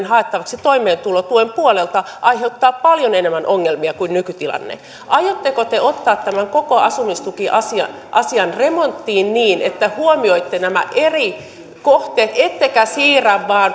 haettavaksi toimeentulotuen puolelta aiheuttaa paljon enemmän ongelmia kuin nykytilanne aiotteko te ottaa tämän koko asumistukiasian remonttiin niin että huomioitte nämä eri kohteet ettekä vain siirrä